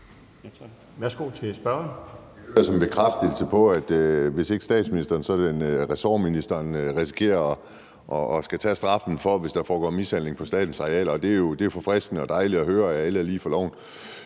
Værsgo til spørgeren.